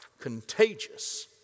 contagious